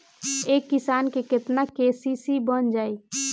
एक किसान के केतना के.सी.सी बन जाइ?